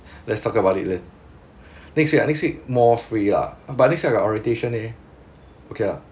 lets talk about it then next week ah next week more free lah but next week I got orientation eh okay ah